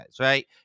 right